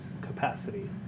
capacity